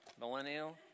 Millennial